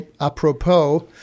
apropos